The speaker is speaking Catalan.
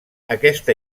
aquesta